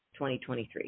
2023